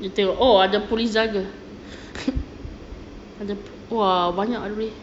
you tengok oh ada police jaga ada !wah! banyak umi